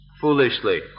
foolishly